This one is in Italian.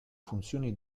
funzioni